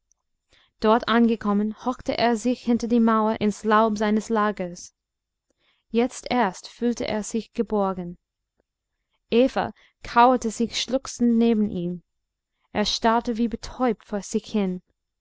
dort angekommen hockte er sich hinter die mauer ins laub seines lagers jetzt erst fühlte er sich geborgen eva kauerte sich schluchzend neben ihn er starrte wie betäubt vor sich hin